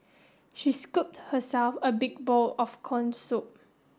she scooped herself a big bowl of corn soup